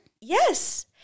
Yes